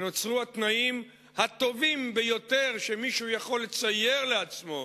ונוצרו התנאים הטובים ביותר שמישהו יכול לצייר לעצמו